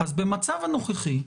אז במצב הנוכחי,